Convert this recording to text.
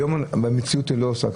היום במציאות זה לא קורה.